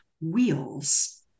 wheels